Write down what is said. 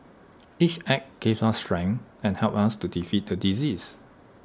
each act gave us strength and helped us to defeat the disease